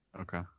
Okay